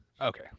Okay